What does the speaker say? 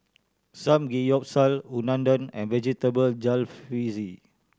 Samgeyopsal Unadon and Vegetable Jalfrezi